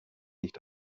nicht